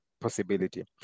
possibility